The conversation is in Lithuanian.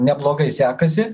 neblogai sekasi